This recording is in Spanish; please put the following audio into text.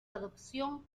adopción